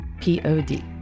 P-O-D